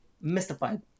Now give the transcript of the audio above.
mystified